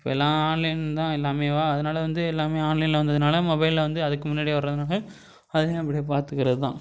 இப்போயெல்லாம் online தான் எல்லாமேவா அதனால் வந்து எல்லாமே ஆன்லைனில் வந்ததினால மொபைலில் வந்து அதுக்கு முன்னாடியே வர்றதினால அதையும் அப்படியே பார்த்துக்கறது தான்